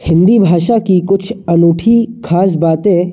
हिंदी भाषा की कुछ अनूठी खास बातें